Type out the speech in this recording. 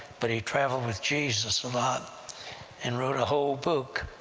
but he traveled with jesus a lot and wrote a whole book,